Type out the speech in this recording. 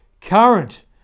current